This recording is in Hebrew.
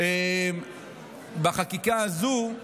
החקיקה הזו,